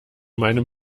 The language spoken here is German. meinem